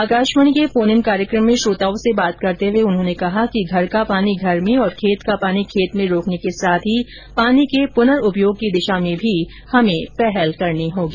आकाशवाणी जोधपुर के phone in कार्यक्रम में श्रोताओं से बात करते हुये उन्होने कहा कि घर का पानी घर में और खेत का पानी खेत में रोकने के साथ ही पानी के प्र्नउपयोग की दिशा में भी हमें पहल करनी होगी